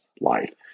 life